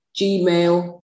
gmail